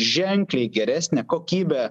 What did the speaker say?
ženkliai geresnę kokybę